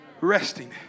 resting